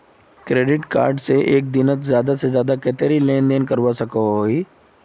Credit card से एक महीनात ज्यादा से ज्यादा कतेरी लेन देन करवा सकोहो ही?